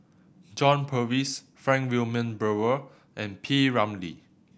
John Purvis Frank Wilmin Brewer and P Ramlee